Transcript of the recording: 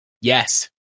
Yes